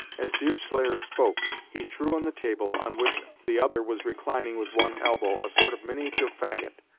as deerslayer spoke, he threw on the table on which the other was reclining with one elbow a sort of miniature fagot,